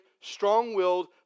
strong-willed